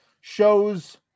shows